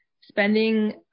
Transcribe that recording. spending